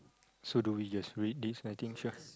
so do we just read this I think sure